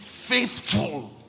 faithful